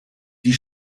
die